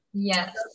Yes